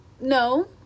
No